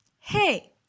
Hey